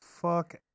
Fuck